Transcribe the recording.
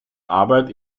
arbeit